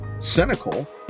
cynical